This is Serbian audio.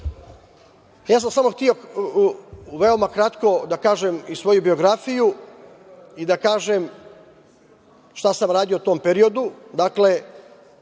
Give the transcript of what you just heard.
Samo sam hteo veoma kratko da kažem i svoju biografiju i da kažem šta sam radio u tom periodu. Dakle,